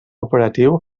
operatiu